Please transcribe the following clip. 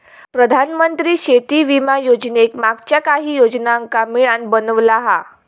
प्रधानमंत्री शेती विमा योजनेक मागच्या काहि योजनांका मिळान बनवला हा